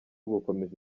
gukomeza